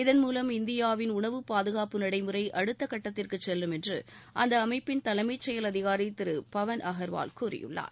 இதன் மூவம் இந்தியாவின் உணவு பாதுகாப்பு நடைமுறை அடுத்த கட்டத்திற்கு செல்லும் என்று அந்த அமைப்பின் தலைமை செயல் அதிகாரி திரு பவன் அகாவால் கூறியுள்ளார்